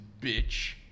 bitch